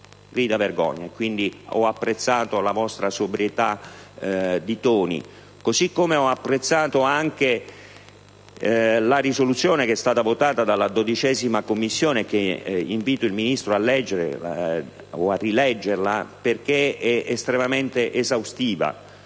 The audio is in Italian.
grida vendetta. Ho quindi apprezzato la vostra sobrietà di toni, così come ho apprezzato anche la risoluzione che è stata votata dalla 12a Commissione, che invito il Ministro a leggere, o a rileggere, perché è estremamente esaustiva